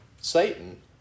Satan